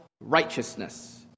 righteousness